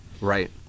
Right